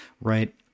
right